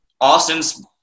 austin's